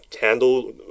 handle